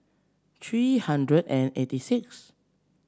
three hundred and eighty sixth